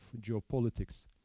geopolitics